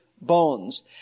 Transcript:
bones